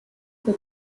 fue